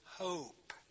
hope